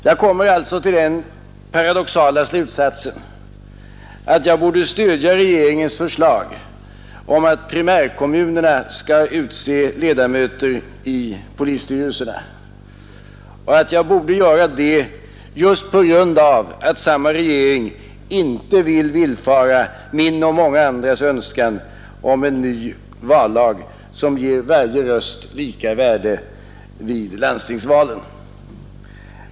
Jag kommer alltså till den paradoxala slutsatsen att jag borde stödja regeringens förslag om att primärkommunerna skall utse ledamöter i polisstyrelserna, och att jag borde göra detta just på grund av att samma regering inte vill villfara min och många andras önskan om en ny vallag, som ger varje röst lika värde vid landstingsvalen.